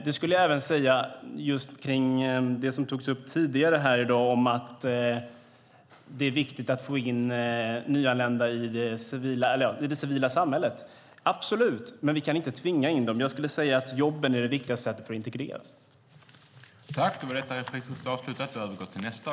Det skulle jag även säga om det som togs upp tidigare här i dag, att det är viktigt att få in nyanlända i det civila samhället. Det är det absolut, men vi kan inte tvinga in dem. Jag skulle säga att jobben är det viktigaste sättet att få människor att integreras.